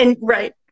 Right